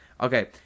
Okay